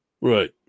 Right